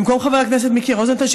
במקום חבר הכנסת מיקי רוזנטל,